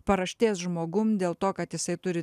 paraštės žmogum dėl to kad jisai turi